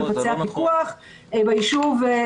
הוא מבצע פיקוח ביישוב.